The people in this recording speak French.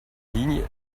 lignes